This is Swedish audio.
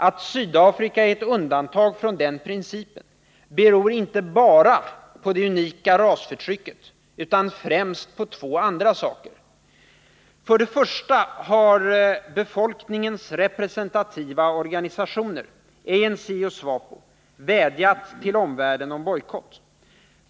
Att Sydafrika är ett undantag från den principen beror inte bara på det unika rasförtrycket utan främst på två andra saker: För det första har befolkningens representativa organisationer — ANC och SWAPO - vädjat till omvärlden om bojkott.